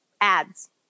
ads